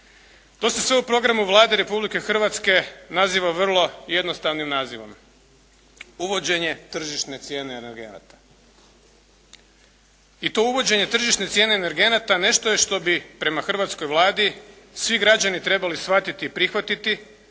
To se sve u programu Vlade Republike Hrvatske naziva vrlo jednostavnim nazivom, uvođenje tržišne cijene energenata. I to uvođenje tržišne cijene energenata nešto je što bi prema hrvatskoj Vladi, svi građani trebali shvatiti i prihvatiti,